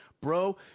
bro